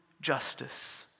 justice